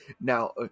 Now